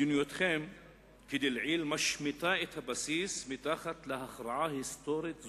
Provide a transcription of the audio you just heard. מדיניותכם דלעיל משמיטה את הבסיס מתחת להכרעה היסטורית זו.